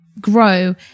grow